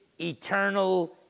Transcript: eternal